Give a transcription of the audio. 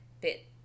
bit